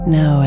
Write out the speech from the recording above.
no